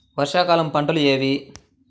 వర్షాకాలం పంటలు ఏవి?